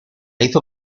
hizo